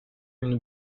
une